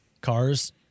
Cars